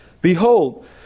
behold